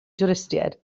dwristiaid